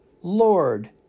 Lord